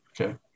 Okay